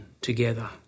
together